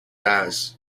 ours